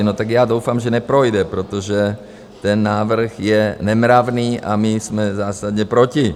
No, tak já doufám, že neprojde, protože ten návrh je nemravný a my jsme zásadně proti.